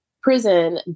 prison